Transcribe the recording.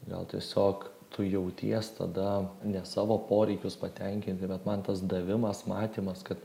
gal tiesiog tu jauties tada ne savo poreikius patenkinti bet man tas davimas matymas kad